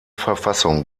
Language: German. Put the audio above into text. verfassung